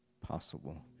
possible